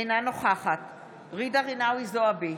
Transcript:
אינה נוכחת ג'ידא רינאוי זועבי,